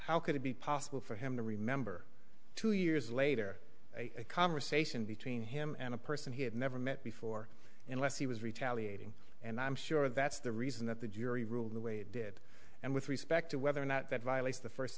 how could it be possible for him to remember two years later a conversation between him and a person he had never met before unless he was retaliated and i'm sure that's the reason that the jury ruled the way it did and with respect to whether or not that violates the first